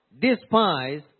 despise